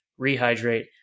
rehydrate